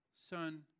son